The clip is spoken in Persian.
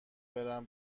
برم